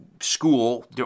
school